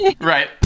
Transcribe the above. Right